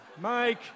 Mike